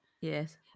Yes